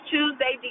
Tuesday